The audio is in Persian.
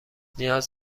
نیاز